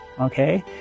okay